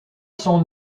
son